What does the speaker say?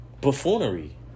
buffoonery